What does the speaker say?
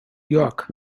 york